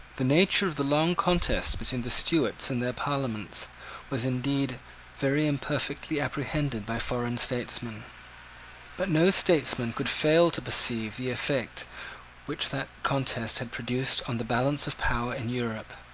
the nature of the long contest between the stuarts and their parliaments was indeed very imperfectly apprehended by foreign statesmen but no statesman could fail to perceive the effect which that contest had produced on the balance of power in europe.